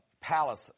palace